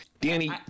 Danny